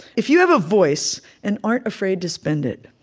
if you have a voice and aren't afraid to spend it,